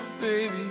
baby